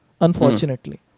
unfortunately